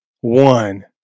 one